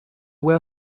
were